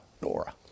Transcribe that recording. Nora